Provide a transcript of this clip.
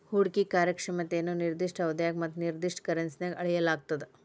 ಹೂಡ್ಕಿ ಕಾರ್ಯಕ್ಷಮತೆಯನ್ನ ನಿರ್ದಿಷ್ಟ ಅವಧ್ಯಾಗ ಮತ್ತ ನಿರ್ದಿಷ್ಟ ಕರೆನ್ಸಿನ್ಯಾಗ್ ಅಳೆಯಲಾಗ್ತದ